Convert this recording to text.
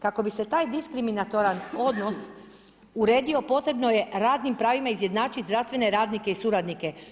Kako bi se taj diskriminatoran odnos uredio potrebno je radnim pravima izjednačiti zdravstvene radnike i suradnike.